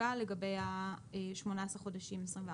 שהוצגה לגבי ה-18 חודשים ל-24 חודשים.